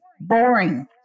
boring